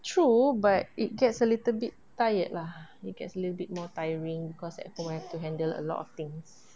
true but it gets a little bit tired lah it gets a little bit more tiring cause at home I have to handle a lot of things